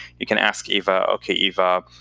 you can ask eva, ok, eva,